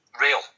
real